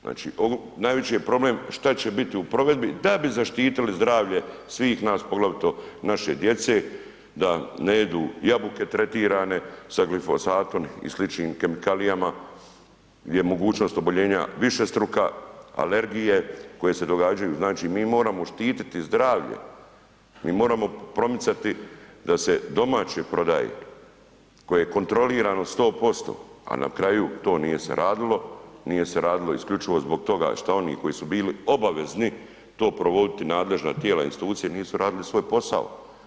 Znači ovo, najveći je problem što će biti u provedbi da bi zaštitili zdravlje svih nas, poglavito naše djece da ne jedu jabuke tretirane sa glifosatom i sličnim kemikalijama gdje je mogućnost oboljenja višestruka, alergije koje se događaju, znači mi moramo štiti zdravlje, mi moramo promicati da se domaće prodaju koje je kontrolirano 100%, ali na kraju to nije se radilo, nije se radilo isključivo zbog toga što oni koji su bili obavezni to provoditi, nadležna tijela, institucije nisu radili svoj posao.